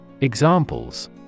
Examples